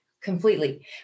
completely